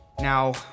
Now